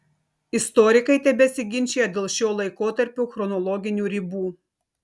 istorikai tebesiginčija dėl šio laikotarpio chronologinių ribų